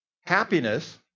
Happiness